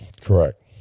Correct